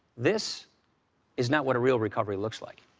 this is not what a real recovery looks like.